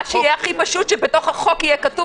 מה שיהיה הכי פשוט הוא שבתוך החוק יהיה כתוב